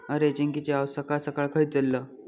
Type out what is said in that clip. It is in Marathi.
अरे, चिंकिची आऊस सकाळ सकाळ खंय चल्लं?